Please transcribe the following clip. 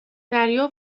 دریا